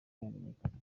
yamenyekanye